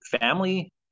family